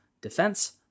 defense